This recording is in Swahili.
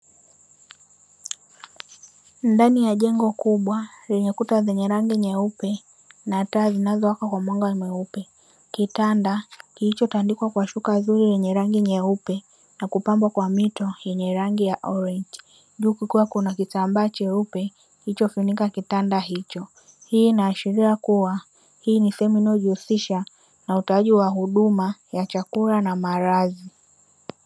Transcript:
Ndani ya jengo kubwa lenye kuta zenye rangi nyeupe na taa zinazowaka kwa mwanga mweupe. Kitanda kilichotandikwa kwa shuka zuli lenye rangi nyeupe na kupambwa kwa mito yenye rangi ya "Orenji". Juu kukiwa kuna kitamba cheupe kilichofunika kitanda hicho. Hii inaashiria kuwa hii ni sehemu inayojihusisha na utoaji wa huduma ya chakula na malazi.